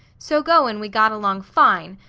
so goin' we got along fine,